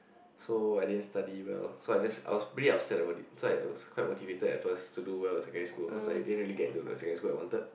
so I didn't study well so I just I was really upset about it so I was quite motivated at first to do well in secondary school cause I didn't really get into the secondary school I wanted